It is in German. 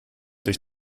durch